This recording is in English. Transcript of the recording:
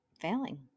failing